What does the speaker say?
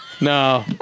No